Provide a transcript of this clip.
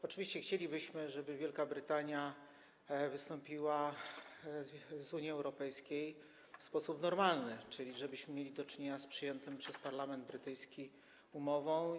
Oczywiście chcielibyśmy, żeby Wielka Brytania wystąpiła z Unii Europejskiej w sposób normalny, czyli żebyśmy mieli do czynienia z przyjętą przez parlament brytyjski umową.